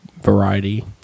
variety